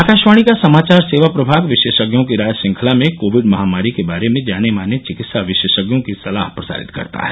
आकाशवाणी का समाचार सेवा प्रभाग विशेषज्ञों की राय श्रृंखला में कोविड महामारी के बारे में जाने माने चिकित्सा विशेषज्ञों की सलाह प्रसारित करता है